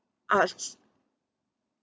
arts